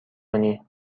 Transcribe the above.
کنی